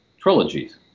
Trilogies